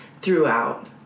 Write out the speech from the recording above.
throughout